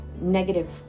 negative